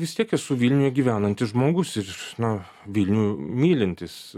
vis tiek esu vilniuj gyvenantis žmogus ir na vilnių mylintis